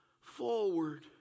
forward